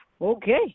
okay